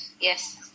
Yes